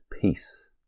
peace